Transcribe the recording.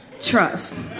Trust